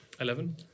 Eleven